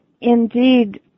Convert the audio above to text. indeed